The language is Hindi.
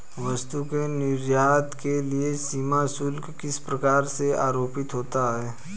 वस्तु के निर्यात के लिए सीमा शुल्क किस प्रकार से आरोपित होता है?